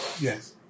Yes